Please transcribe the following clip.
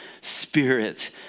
spirit